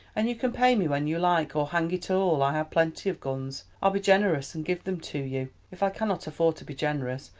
and you can pay me when you like. or, hang it all, i have plenty of guns. i'll be generous and give them to you. if i cannot afford to be generous,